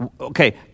okay